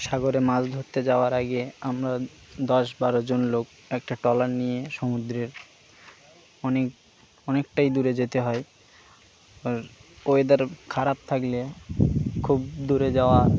সাগরে মাছ ধত্তে যাওয়ার আগে আমরা দশ বারোজন লোক একটা ট্রলার নিয়ে সমুদ্রের অনেক অনেকটাই দূরে যেতে হয় ওয়েদার খারাপ থাকলে খুব দূরে যাওয়া